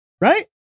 Right